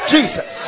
Jesus